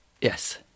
Yes